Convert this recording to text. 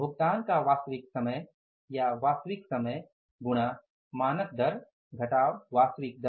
भुगतान का वास्तविक समय या वास्तविक समय गुणा मानक दर घटाव वास्तविक दर